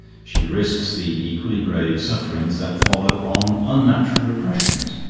she risks the equally grave sufferings that follow on unnatural repressions.